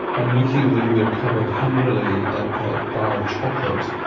are looking in their cupboard hungrily at that bar of chocolate.